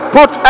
Put